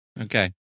Okay